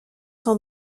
sans